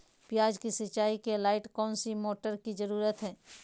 प्याज की सिंचाई के लाइट कौन सी मोटर की जरूरत है?